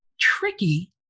tricky